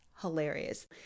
hilarious